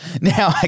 Now